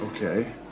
Okay